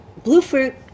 Bluefruit